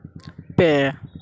ᱯᱮ